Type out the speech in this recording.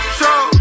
show